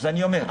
אני אומר.